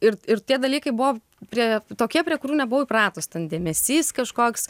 ir ir tie dalykai buvo prie tokie prie kurių nebuvau įpratus ten dėmesys kažkoks